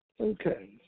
Okay